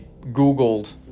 googled